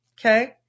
Okay